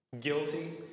Guilty